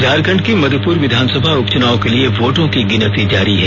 झारखंड की मधुपुर विधानसभा उपचुनाव के लिए वोटों की गिनती जारी है